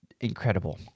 incredible